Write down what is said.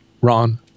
Ron